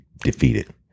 defeated